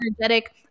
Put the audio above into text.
energetic